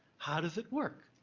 how does it work?